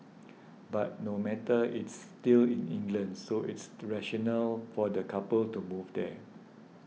but no matter it's still in England so it's still rational for the couple to move there